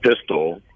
pistol